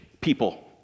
people